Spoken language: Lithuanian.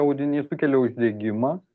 audinys sukelia uždegimą